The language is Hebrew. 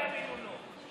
האמריקאים לא יאמינו לו.